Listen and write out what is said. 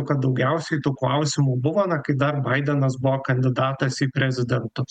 kad daugiausiai tų klausimų buvo na kai dar baidenas buvo kandidatas į prezidentus